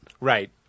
Right